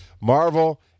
Marvel